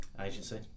agency